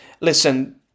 listen